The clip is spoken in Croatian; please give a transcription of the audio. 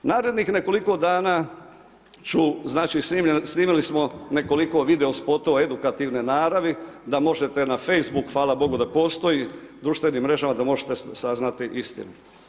Narednih nekoliko godina, znači snimili smo nekoliko videospotova edukativne naravi da možete na Facebook, hvala Bogu da postoji, društvenim mrežama da možete saznati istinu.